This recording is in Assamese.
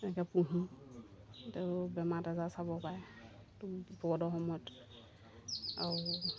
এনেকৈ পোহোঁ তেওঁ বেমাৰ আজাৰ চাব পাৰে এইটো বিপদৰ সময়ত আৰু